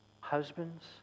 Husbands